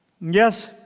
Yes